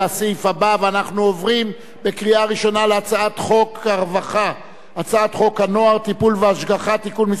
אנחנו עוברים להצעת חוק הנוער (טיפול והשגחה) (תיקון מס' 21),